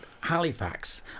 Halifax